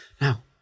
Now